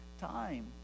time